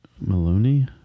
Maloney